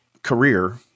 career